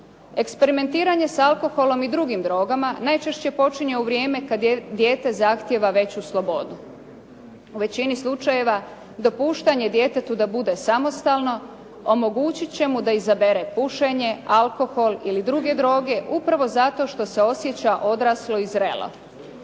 Eksperimentiranje s alkoholom i drugim drogama najčešće počinje u vrijeme kad dijete zahtijeva veću slobodu. U većini slučajeva dopuštanje djetetu da bude samostalno omogućit će mu da izabere pušenje, alkohol ili druge droge upravo zato što se osjeća odraslo i zrelo.